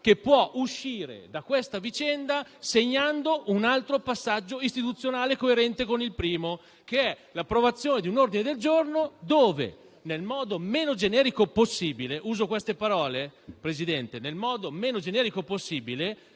che può uscire da questa vicenda segnando un altro passaggio istituzionale coerente con il primo, che è l'approvazione di un ordine del giorno dove, nel modo meno generico possibile